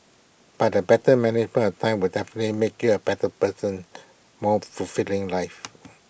but A better management of time will definitely make you A better person more fulfilling life